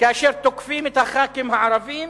כאשר תוקפים את הח"כים הערבים